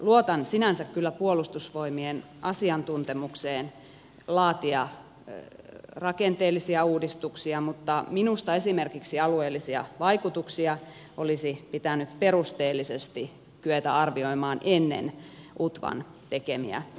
luotan sinänsä kyllä puolustusvoimien asiantuntemukseen laatia rakenteellisia uudistuksia mutta minusta esimerkiksi alueellisia vaikutuksia olisi pitänyt perusteellisesti kyetä arvioimaan ennen utvan tekemiä päätöksiä